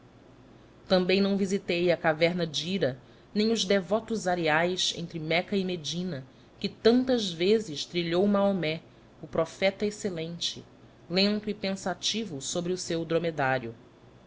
também não visitei a caverna de hira nem os devotos arcais entre meca e medina que tantas vezes trilhou maomé o profeta excelente lento e pensativo sobre o seu dromedário